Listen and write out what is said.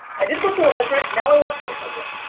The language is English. i did it for four hundred now i want six hundred.